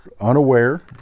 unaware